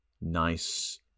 nice